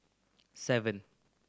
seven